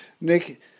Nick